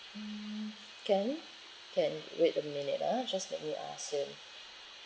mm can can wait a minute ah just let me ask him